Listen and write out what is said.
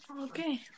Okay